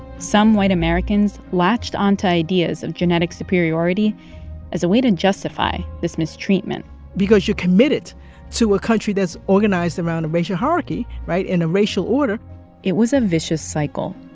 some white americans latched onto ideas of genetic superiority as a way to justify this mistreatment because you're committed to a country that's organized around a racial hierarchy right? and a racial order it was a vicious cycle.